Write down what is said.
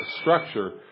structure